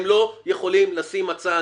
הם לא יכולים לשים הצעה,